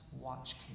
watch